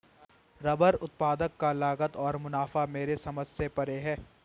rubber उत्पाद का लागत और मुनाफा मेरे समझ से परे है